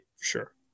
Sure